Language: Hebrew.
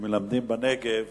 המלמדים בנגב